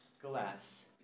Glass